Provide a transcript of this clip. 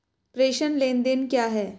प्रेषण लेनदेन क्या है?